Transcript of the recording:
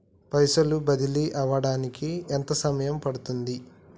పైసలు బదిలీ అవడానికి ఎంత సమయం పడుతది?